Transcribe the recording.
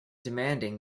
demanding